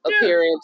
Appearance